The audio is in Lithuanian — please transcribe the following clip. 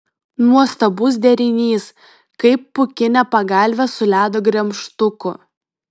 nuostabus derinys kaip pūkinė pagalvė su ledo gremžtuku